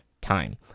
time